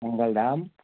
Mangaldham